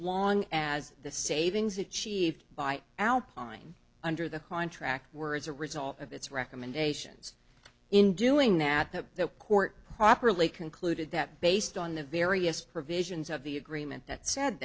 long as the savings achieved by alpine under the contract were as a result of its recommendations in doing that the court properly concluded that based on the various provisions of the agreement that said